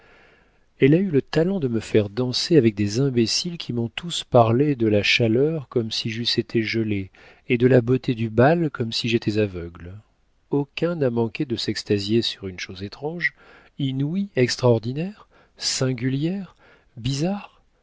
elle a eu le talent de me faire danser avec des imbéciles qui m'ont tous parlé de la chaleur comme si j'eusse été gelée et de la beauté du bal comme si j'étais aveugle aucun n'a manqué de s'extasier sur une chose étrange inouïe extraordinaire singulière bizarre